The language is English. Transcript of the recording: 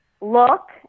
look